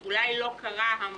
פה היה מקרה מאוד